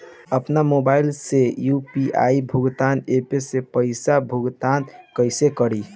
आपन मोबाइल से यू.पी.आई भुगतान ऐपसे पईसा भुगतान कइसे करि?